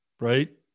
right